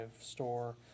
store